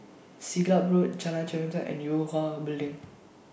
Siglap Road Jalan Chempedak and Yue Hwa Building